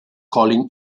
colin